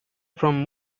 from